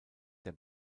der